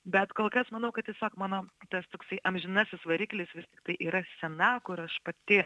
bet kol kas manau kad tiesiog mano tas toksai amžinasis variklis tai yra scena kur aš pati